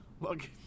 Look